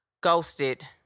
ghosted